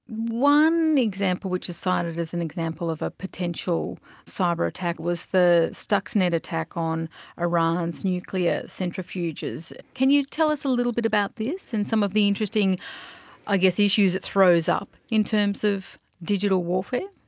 one example which is cited as an example of a potential cyber-attack was the stuxnet attack on iran's nuclear centrifuges. can you tell us a little bit about this and some of the interesting ah issues it throws up in terms of digital warfare?